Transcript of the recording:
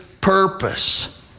purpose